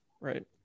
Right